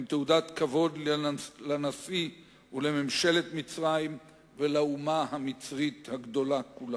הם תעודת כבוד לנשיא מצרים ולממשלתה ולאומה המצרית הגדולה כולה.